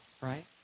right